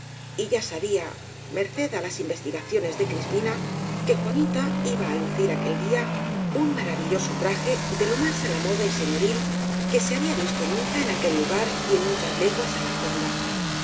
y ya sabía merced á las investigacio nes de crispina que juanita iba á lucir aquel día un maravilloso traje de lo más á la moda y señoril que se había visto nunca en aquel lugar y en mu chas leguas á la redonda